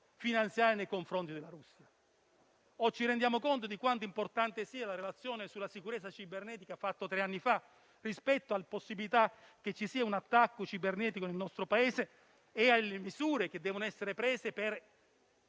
finanziarie nei confronti della Russia. Allo stesso modo, ci rendiamo conto di quanto importante sia stata la relazione sulla sicurezza cibernetica di tre anni fa, rispetto alla possibilità che ci sia un attacco cibernetico nel nostro Paese e alle misure che devono essere prese per